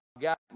got